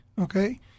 okay